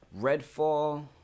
redfall